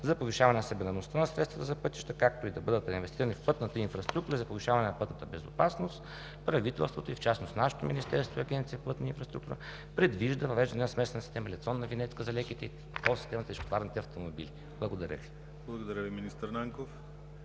За повишаване на събираемостта на средствата за пътищата, както и да бъдат реинвестирани в пътната инфраструктура и за повишаване на пътната безопасност, правителството и в частност нашето Министерство и Агенция „Пътна инфраструктура“ предвиждат въвеждане на смесена система – електронна винетка за леките и ТОЛ система за тежкотоварните автомобили. Благодаря Ви. ПРЕДСЕДАТЕЛ ДИМИТЪР